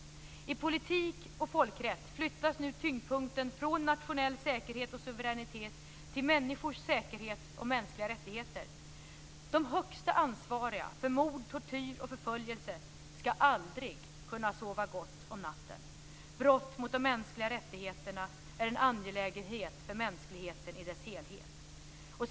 I politik och folkrätt flyttas nu tyngdpunkten från nationell säkerhet och suveränitet till människors säkerhet och mänskliga rättigheter. De högsta ansvariga för mord, tortyr och förföljelse ska aldrig kunna sova gott om natten. Brott mot de mänskliga rättigheterna är en angelägenhet för mänskligheten i dess helhet.